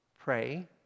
Pray